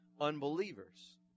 unbelievers